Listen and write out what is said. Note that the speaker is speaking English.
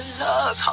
love